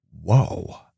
whoa